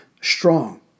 strong